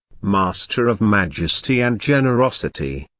master of majesty and generosity.